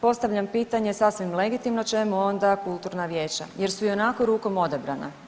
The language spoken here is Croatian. Postavljam pitanje sasvim legitimno, čemu onda kulturna vijeća jer su i onako rukom odabrana?